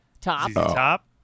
Top